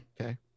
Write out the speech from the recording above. Okay